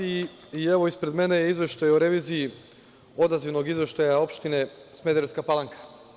Ispred mene je Izveštaj o reviziji odazivnog izveštaja opštine Smederevska Palanka.